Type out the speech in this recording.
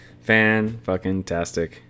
Fan-fucking-tastic